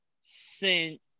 sent